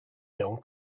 mewn